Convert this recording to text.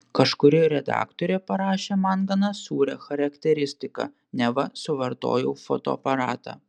kažkuri redaktorė parašė man gana sūrią charakteristiką neva suvartojau fotoaparatą